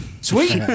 sweet